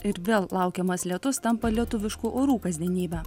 ir vėl laukiamas lietus tampa lietuviškų orų kasdienybe